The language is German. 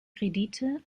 kredite